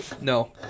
no